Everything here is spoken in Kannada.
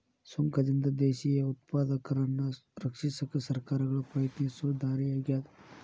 ಸುಂಕದಿಂದ ದೇಶೇಯ ಉತ್ಪಾದಕರನ್ನ ರಕ್ಷಿಸಕ ಸರ್ಕಾರಗಳ ಪ್ರಯತ್ನಿಸೊ ದಾರಿ ಆಗ್ಯಾದ